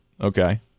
okay